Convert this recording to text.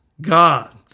God